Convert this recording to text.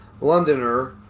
Londoner